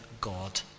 God